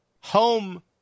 home